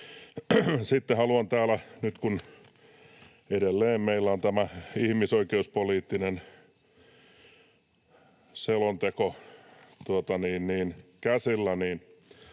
vähentäviltä tunnu. Kun edelleen meillä on tämä ihmisoikeuspoliittinen selonteko käsillä, niin